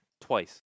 twice